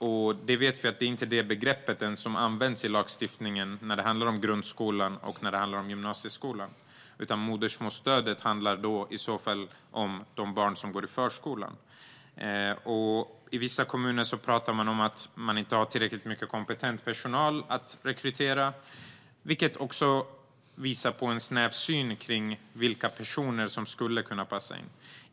Vi vet ju att det inte är det begrepp som används i lagstiftningen när det handlar om grundskolan och gymnasieskolan, utan modersmålsstödet omfattar de barn som går i förskolan. I vissa kommuner talar man om att man inte kan rekrytera tillräckligt mycket kompetent personal, vilket också visar på en snäv syn när det gäller vilka som skulle kunna passa in.